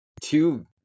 Two